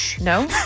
No